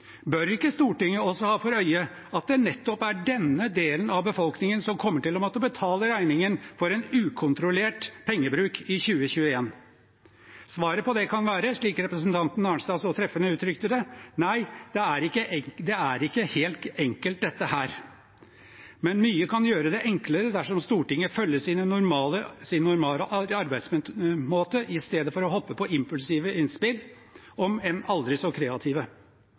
denne delen av befolkningen som kommer til å måtte betale regningen for en ukontrollert pengebruk i 2021? Svaret på det kan være, slik representanten Arnstad så treffende uttrykte det: «Det er jo ikke helt enkelt dette.» Men mye kan gjøre det enklere dersom Stortinget følger sin normale arbeidsmåte i stedet for å hoppe på impulsive innspill, om enn aldri så kreative.